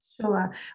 Sure